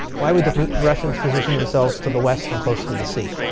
why would the russians position themselves to the west and close to the sea?